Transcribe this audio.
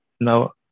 Now